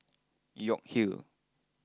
York Hill